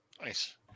Nice